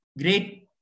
great